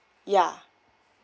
yeah